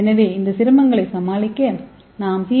எனவே இந்த சிரமங்களை சமாளிக்க நாம் சி